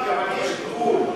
אבל יש גבול.